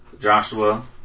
Joshua